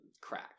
crack